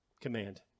command